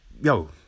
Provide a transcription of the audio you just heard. Yo